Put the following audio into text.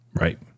Right